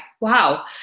wow